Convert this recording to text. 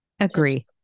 Agree